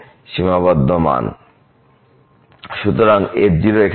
সুতরাং f এখানে কি